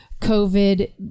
COVID